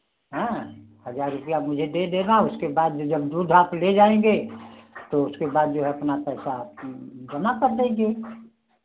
हाँ हज़ार रुपया आप मुझे दे देना उसके बाद जदि हम दूध भाप ले जाएँगे तो उसके बाद जो है अपना पैसा जमा कर देंगे